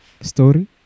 story